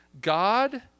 God